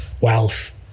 wealth